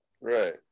Right